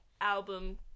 album